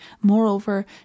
Moreover